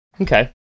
Okay